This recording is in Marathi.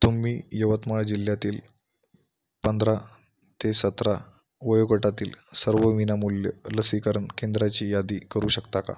तुम्ही यवतमाळ जिल्ल्यातील पंधरा ते सतरा वयोगटातील सर्व विनामूल्य लसीकरण केंद्राची यादी करू शकता का